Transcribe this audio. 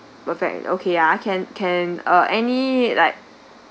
perfect okay ya can can uh any like